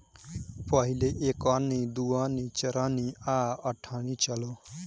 पहिले एक अन्नी, दू अन्नी, चरनी आ अठनी चलो